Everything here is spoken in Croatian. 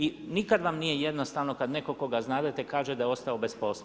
I nikad vam nije jednostavno kad netko koga znadete kaže da je ostao bez posla.